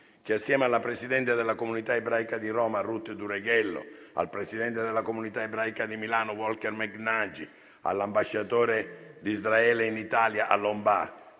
che, assieme alla presidente della comunità ebraica di Roma Ruth Dureghello, al presidente della comunità ebraica di Milano Walker Meghnagi, all'ambasciatore d'Israele in Italia Alon